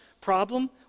problem